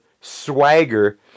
swagger